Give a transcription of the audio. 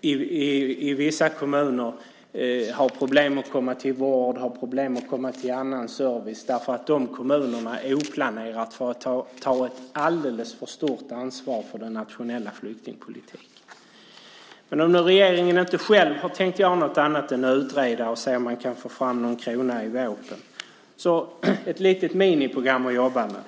i vissa kommuner har problem med att komma till vård och till annan service därför att kommunen oplanerat får ta ett alldeles för stort ansvar för den nationella flyktingpolitiken. Om nu regeringen inte själv tänkt göra något annat än utreda och se om man kan få fram någon krona i vårpropositionen vill jag ge ett litet miniprogram att jobba med.